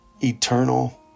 eternal